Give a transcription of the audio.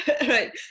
Right